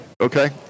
Okay